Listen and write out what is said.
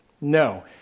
No